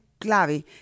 clave